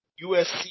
USC